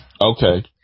Okay